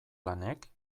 lanek